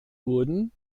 wurden